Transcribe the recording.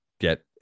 get